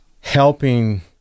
helping